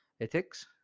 ethics